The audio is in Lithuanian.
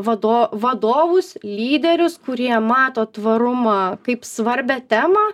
vado vadovus lyderius kurie mato tvarumą kaip svarbią temą